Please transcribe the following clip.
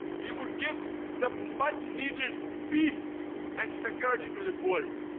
he would give the much needed peace and security to this world.